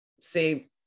say